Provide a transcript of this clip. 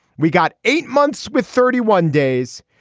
we got eight months with thirty one days.